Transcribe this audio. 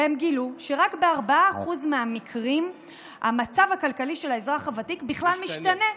והם גילו שרק ב-4% מהמקרים המצב הכלכלי של האזרח הוותיק בכלל משתנה.